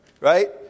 Right